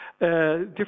different